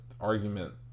argument